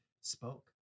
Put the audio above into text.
spoke